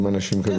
האם אנשים ---?